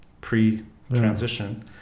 pre-transition